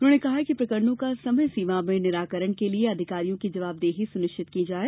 उन्होंने कहा है कि प्रकरणों का समयसीमा में निरकरण करने के लिए अधिकारियों की जवाबदेही सुनिश्चित की जाये